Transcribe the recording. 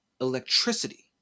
electricity